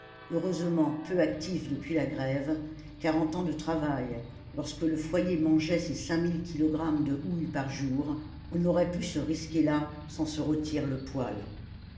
heureusement peu actif depuis la grève car en temps de travail lorsque le foyer mangeait ses cinq mille kilogrammes de houille par jour on n'aurait pu se risquer là sans se rôtir le poil